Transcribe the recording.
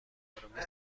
آرامش